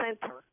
center